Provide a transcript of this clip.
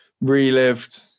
relived